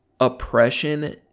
Oppression